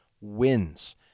wins